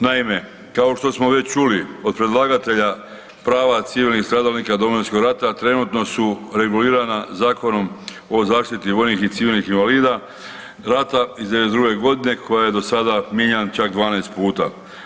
Naime, kao što smo već čuli od predlagatelja prava civilnih stradalnika Domovinskog rata trenutno su regulirana Zakonom o zaštiti vojnih i civilnih invalida rata iz '92. godine koji je do sada mijenjan čak 12 puta.